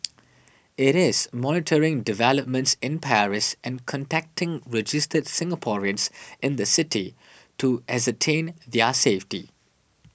it is monitoring developments in Paris and contacting registered Singaporeans in the city to ascertain their safety